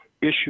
issue